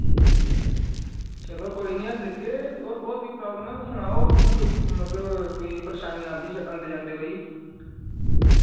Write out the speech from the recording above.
चलो कोई नि अस दिखगे होर होर कोई प्राब्लम ऐ तुस सनाओजे तुसें कोई मतलब कोई परेशानी आंदी आंदे जंदे कोई